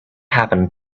happened